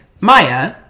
Maya